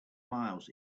miles